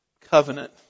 covenant